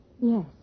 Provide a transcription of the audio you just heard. Yes